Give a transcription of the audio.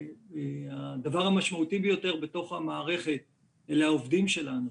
הדבר המשמעותי ביותר בתוך המערכת הם העובדים שלנו.